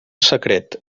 secret